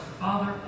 father